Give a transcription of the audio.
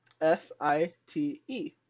F-I-T-E